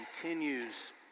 continues